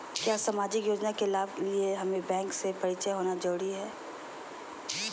क्या सामाजिक योजना के लाभ के लिए हमें बैंक से परिचय होना जरूरी है?